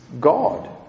God